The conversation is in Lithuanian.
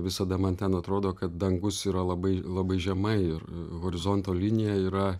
visada man ten atrodo kad dangus yra labai labai žemai ir horizonto linija yra